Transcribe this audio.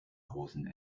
rosen